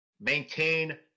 maintain